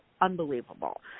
unbelievable